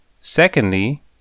Secondly